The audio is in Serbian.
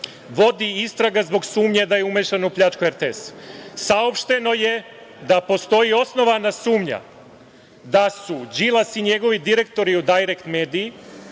vodi istraga zbog sumnje da je umešan u pljačku RTS-a. Saopšteno je da postoji osnovana sumnja da su Đilas i njegovi direktori u „Dajrekt mediji“